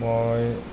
মই